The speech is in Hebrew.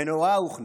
מנורה הוכנה,